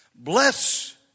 Bless